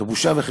זו בושה וחרפה.